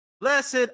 Blessed